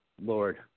Lord